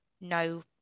No